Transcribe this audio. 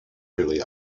really